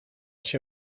się